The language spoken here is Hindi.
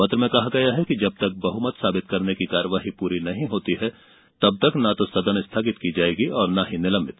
पत्र में कहा गया है कि जब तक बहुमत साबित करने की कार्यवाही पूरी नहीं होती है तब तक न तो सदन स्थगित की जाएगी और न ही निलंबित